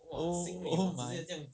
oo oo oo oh